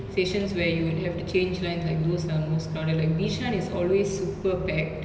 stations where you would have to change lines like those are most crowded like bishan is always super packed